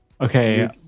Okay